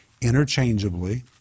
interchangeably